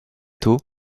tôt